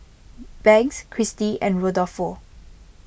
Banks Christie and Rodolfo